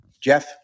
Jeff